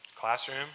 classroom